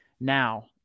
now